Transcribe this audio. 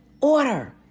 order